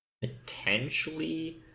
potentially